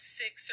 six